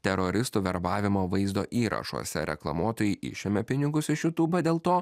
teroristų verbavimo vaizdo įrašuose reklamuotojai išėmė pinigus iš jutūbą dėl to